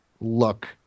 look